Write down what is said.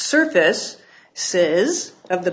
surface says of the